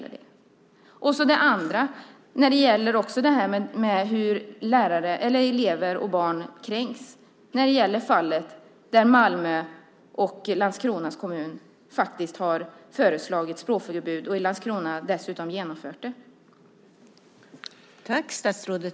Elever och barn kränks, som i fallet med Malmö och Landskrona kommuner där man har föreslagit språkförbud. I Landskrona har man dessutom genomfört det.